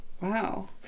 Wow